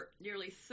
nearly